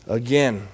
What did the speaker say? again